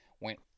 went